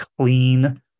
clean